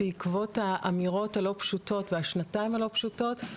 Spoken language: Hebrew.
בעקבות האמירות הלא פשוטות והשנתיים הלא פשוטות,